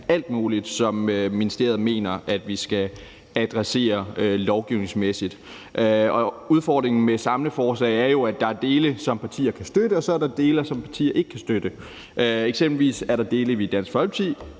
alt muligt, som ministeriet mener at vi skal adressere lovgivningsmæssigt, og udfordringen med samleforslag er jo, at der er dele, som partierne kan støtte, og at der så er dele, som partierne ikke kan støtte. Eksempelvis er der dele, som vi i Dansk Folkeparti